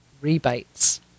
rebates